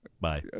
bye